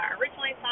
originally